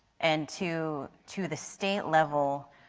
and to to the state level,